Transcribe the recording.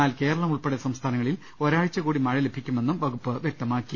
എന്നാൽ കേരളം ഉൾപ്പെടെ സംസ്ഥാനങ്ങളിൽ ഒരാഴ്ചകൂടി മഴ ലഭിക്കുമെന്നും വകുപ്പ് വ്യക്തമാ ക്കി